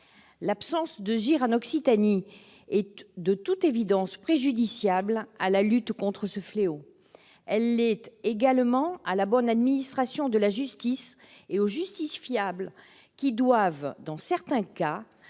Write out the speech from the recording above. L'absence de JIRS en Occitanie est, de toute évidence, préjudiciable à la lutte contre ce fléau. Elle l'est également à la bonne administration de la justice et aux justiciables qui doivent, dans certains cas,